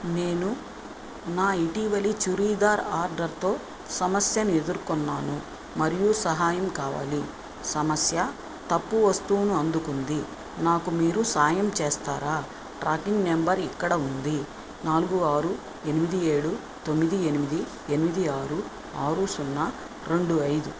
నేను నా ఇటీవల చుడిదార్ ఆర్డర్తో సమస్యను ఎదుర్కొన్నాను మరియు సహాయం కావాలి సమస్య తప్పు వస్తువును అందుకుంది నాకు మీరు సాయం చేస్తారా ట్రాకింగ్ నెంబర్ ఇక్కడ ఉంది నాలుగు ఆరు ఎనిమిది ఏడు తొమ్మిది ఎనిమిది ఎనిమిది ఆరు ఆరు సున్నా రెండు ఐదు